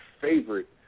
favorite